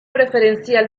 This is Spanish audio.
preferencial